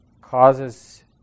causes